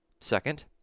second